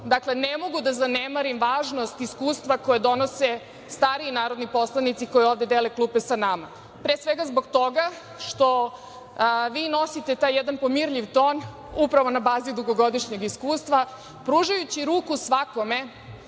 osoba, ne mogu da zanemarim važnost iskustva koje donose stariji narodni poslanici koji ovde dele klupe za sa nama, a pre svega zbog toga što vi nosite taj jedan pomirljiv ton upravo na bazi dugogodišnjeg iskustva, pružajući ruku svakome